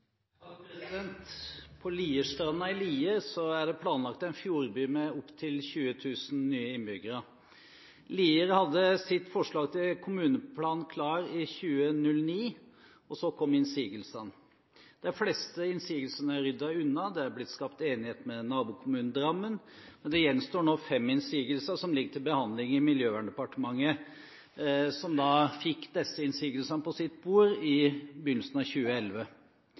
kom innsigelsene. De fleste innsigelsene er ryddet unna, det er blitt skapt enighet med nabokommunen Drammen, men det gjenstår nå fem innsigelser som ligger til behandling i Miljøverndepartementet, som fikk disse innsigelsene på sitt bord i begynnelsen av 2011.